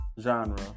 genre